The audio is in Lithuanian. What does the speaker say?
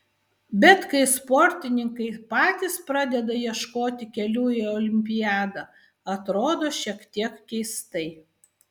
bet kai sportininkai patys pradeda ieškoti kelių į olimpiadą atrodo šiek tiek keistai